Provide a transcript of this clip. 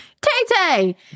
Tay-Tay